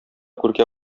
күркә